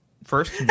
first